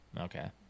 Okay